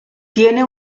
tiene